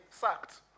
sacked